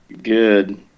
Good